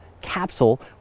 capsule